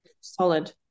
Solid